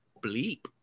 bleep